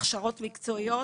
הכשרות מקצועיות.